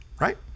right